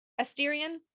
Asterian